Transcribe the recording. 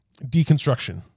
deconstruction